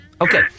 Okay